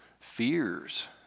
fears